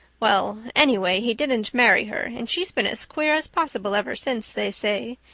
well, anyway, he didn't marry her, and she's been as queer as possible ever since, they say.